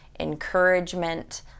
encouragement